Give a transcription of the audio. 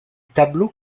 tableaux